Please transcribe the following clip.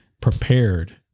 prepared